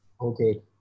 okay